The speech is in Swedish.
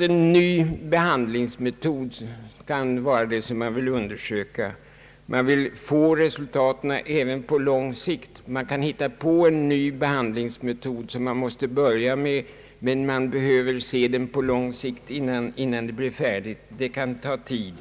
En ny behandlingsmetod kan vara det som man vill undersöka. Man vill få resultaten även på lång sikt. Man kan hitta på en ny behandlingsmetod som man måste börja med, men man behöver se resultaten på lång sikt innan man blir färdig. Det kan ta tid.